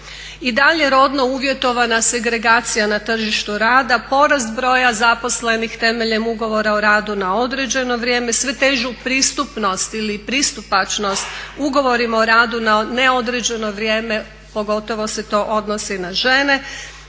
I dalje rodno uvjetovana segregacija na tržištu rada, porast broja zaposlenih temeljem ugovora o radu na određeno vrijeme, sve težu pristupnost ili pristupačnost ugovorima o radu na neodređeno vrijeme pogotovo se to odnosi na žene,